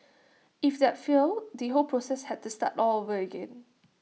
if that failed the whole process had to start all over again